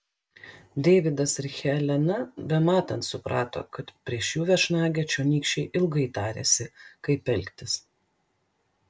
deividas ir helena bematant suprato kad prieš jų viešnagę čionykščiai ilgai tarėsi kaip elgtis